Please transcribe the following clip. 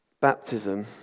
Baptism